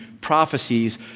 prophecies